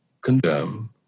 condemn